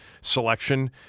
selection